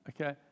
Okay